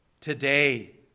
today